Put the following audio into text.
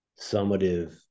summative